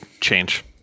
change